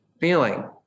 feeling